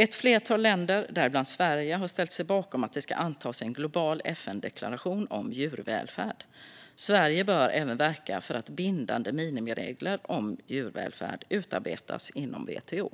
Ett flertal länder, däribland Sverige, har ställt sig bakom att det ska antas en global FN-deklaration om djurvälfärd. Sverige bör även verka för att bindande minimiregler om djurvälfärd utarbetas inom WTO.